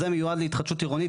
זה מיועד להתחדשות עירונית.